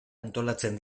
antolatzen